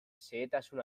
xehetasun